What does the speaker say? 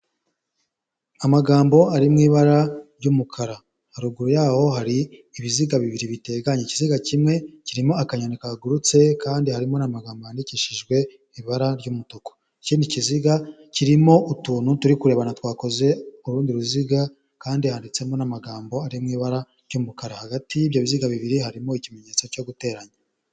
Aagambo ari mu ibara ry'umukara, haruguru yaho hari ibiziga bibiri biteganye, ikiziga kimwe kirimo akanyoni kagurutse kandi harimo n'amagambo yandikishijwe ibara ry'umutuku, ikindi kiziga kirimo utuntu turi kurebana twakoze urundi ruziga kandi handitsemo n'amagambo ari mu ibara ry'umukara hagati y'ibyo biziga bibiri harimo ikimenyetso cyo guteranya.